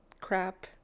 crap